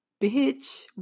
Bitch